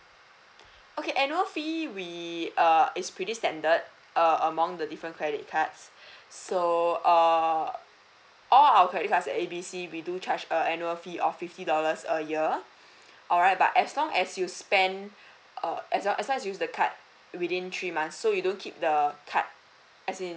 okay annual fee we err it's pretty standard among the different credit cards so uh all our credit cards at A B C we do charge a annual fee of fifty dollars a year alright but as long as you spend err as long as you use the card within three months so you don't keep the card as in